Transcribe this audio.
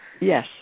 Yes